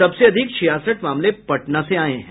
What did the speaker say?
सबसे अधिक छियासठ मामले पटना से सामने आये हैं